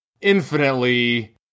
infinitely